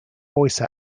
voice